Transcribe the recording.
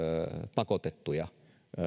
pakotettuja